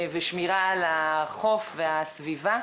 ושמירה על החוף והסביבה,